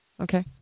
Okay